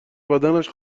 بدنش